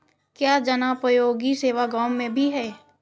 क्या जनोपयोगी सेवा गाँव में भी है?